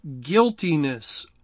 guiltiness